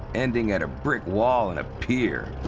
ending at a brick wall and a pier.